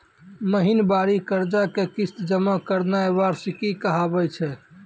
महिनबारी कर्जा के किस्त जमा करनाय वार्षिकी कहाबै छै